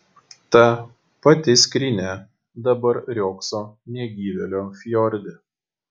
ta pati skrynia dabar riogso negyvėlio fjorde